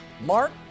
Mark